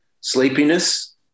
sleepiness